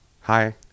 Hi